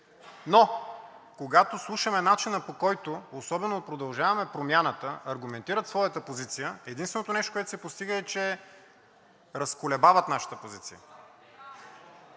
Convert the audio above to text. обаче слушаме начина, по който – особено от „Продължаваме Промяната“, аргументират своята позиция, единственото нещо, което се постига, е, че разколебават нашата позиция.